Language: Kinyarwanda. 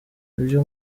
ibyo